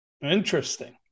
interesting